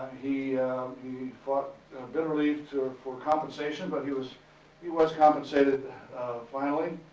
he he fought bitterly for compensation. but he was he was compensated finally,